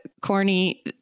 corny